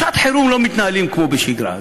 בשעת חירום לא מתנהלים כמו בשגרה,